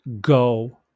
go